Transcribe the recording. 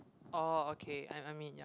orh okay I I mean ya